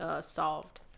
solved